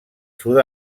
sud